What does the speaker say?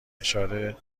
اشاره